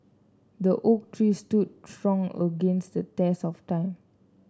the oak tree stood strong against the test of time